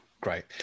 Great